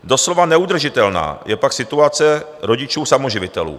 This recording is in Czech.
Doslova neudržitelná je pak situace rodičů samoživitelů.